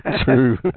True